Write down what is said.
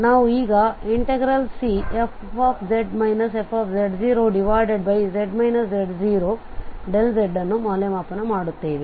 ನಾವು ಈಗ Cfz fz z0dz ಅನ್ನು ಮೌಲ್ಯಮಾಪನ ಮಾಡುತ್ತೇವೆ